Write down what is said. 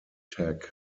tech